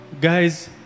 guys